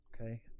Okay